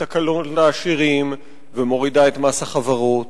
הקלות לעשירים ומורידה את מס החברות,